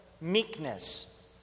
meekness